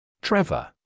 Trevor